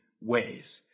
ways